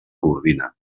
coordina